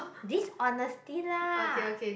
dishonesty lah